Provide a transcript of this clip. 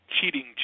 cheating